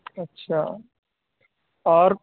اچھا اور